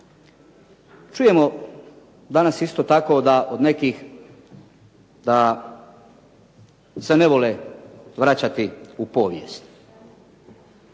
Čujemo danas isto tako od nekih da se ne vole vraćati u povijest,